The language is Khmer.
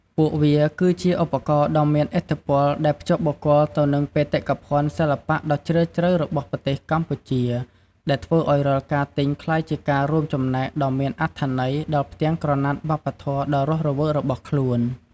ពួកវាគឺជាឧបករណ៍ដ៏មានឥទ្ធិពលដែលភ្ជាប់បុគ្គលទៅនឹងបេតិកភណ្ឌសិល្បៈដ៏ជ្រាលជ្រៅរបស់ប្រទេសកម្ពុជា ដែលធ្វើឱ្យរាល់ការទិញក្លាយជាការរួមចំណែកដ៏មានអត្ថន័យដល់ផ្ទាំងក្រណាត់វប្បធម៌ដ៏រស់រវើករបស់ខ្លួន។